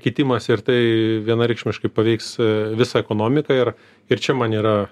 kitimas ir tai vienareikšmiškai paveiks visą ekonomiką ir ir čia man yra